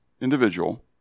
individual